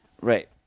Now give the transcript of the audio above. Right